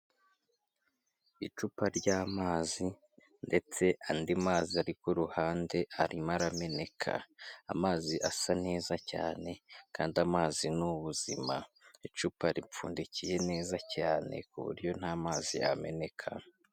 Icupa ry'amazi ndetse andi mazi ari ku ruhande arimo arameneka, amazi asa neza cyane kandi amazi ni ubuzima, icupa ripfundikiye neza cyane ku buryo nta mazi yameneka.